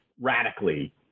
radically